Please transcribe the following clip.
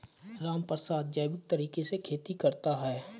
रामप्रसाद जैविक तरीके से खेती करता है